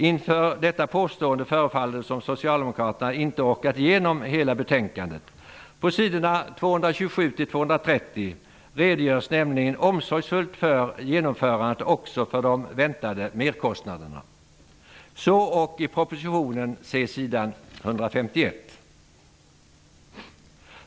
Inför detta påstående förefaller Socialdemokraterna inte ha orkat igenom hela betänkandet. På s. 227--230 redogörs det nämligen omsorgsfullt för genomförandet också för de väntade merkostnaderna -- så och i propositionen, se s. 151.